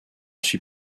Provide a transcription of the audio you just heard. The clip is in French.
suis